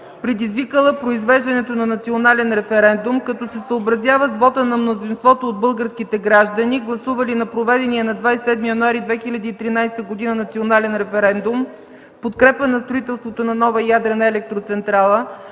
предизвикала произвеждането на национален референдум; като се съобразява с вота на мнозинството от българските граждани, гласували на проведения на 27 януари 2013 г. национален референдум в подкрепа на строителството на нова ядрена електроцентрала;